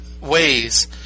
Ways